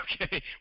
okay